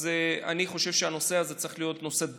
אני חושב שהנושא הזה צריך להיות נושא דחוף,